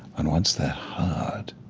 and once they're heard,